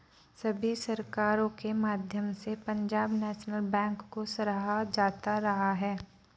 सभी सरकारों के माध्यम से पंजाब नैशनल बैंक को सराहा जाता रहा है